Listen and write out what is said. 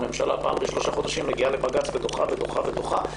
הממשלה פעם בשלושה חודשים מגיעה לבג"ץ ודוחה ודוחה ודוחה.